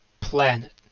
planet